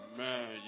man